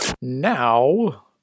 Now